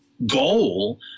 goal